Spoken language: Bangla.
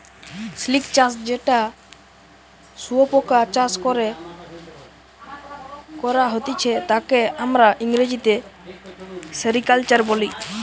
সিল্ক চাষ যেটা শুয়োপোকা চাষ করে করা হতিছে তাকে আমরা ইংরেজিতে সেরিকালচার বলি